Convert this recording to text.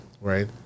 right